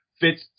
fits